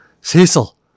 Cecil